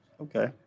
Okay